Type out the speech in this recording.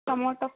tomato